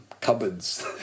Cupboards